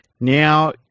now